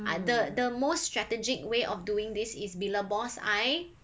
ah the the most strategic way of doing this is bila boss I